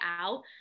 out